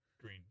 Green